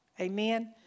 Amen